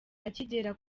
akigera